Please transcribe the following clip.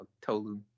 Tolu